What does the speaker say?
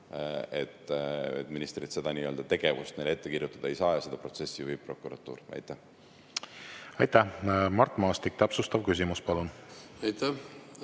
Ministrid seda tegevust neile ette kirjutada ei saa ja seda protsessi juhib prokuratuur. Aitäh! Mart Maastik, täpsustav küsimus, palun! Aitäh!